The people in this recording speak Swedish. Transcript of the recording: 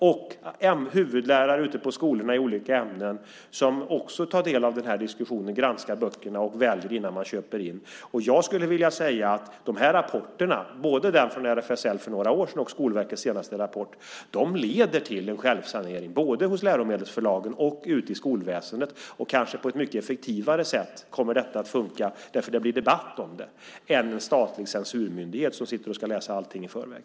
Även huvudlärarna i olika ämnen på skolorna tar del av diskussionen, granskar böckerna och väljer innan de köper in. Jag skulle vilja säga att dessa rapporter, både den från RFSL, som kom för några år sedan, och Skolverkets senaste rapport, leder till en självsanering både hos läromedelsförlagen och ute i skolväsendet. Kanske är detta ett ännu effektivare sätt, eftersom det blir debatt, än om en statlig censurmyndighet ska läsa allt i förväg.